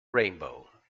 rainbow